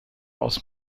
aus